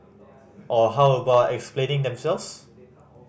or how about explaining themselves